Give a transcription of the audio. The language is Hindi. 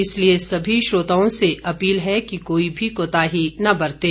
इसलिए सभी श्रोताओं से अपील है कि कोई भी कोताही न बरतें